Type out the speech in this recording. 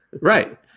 Right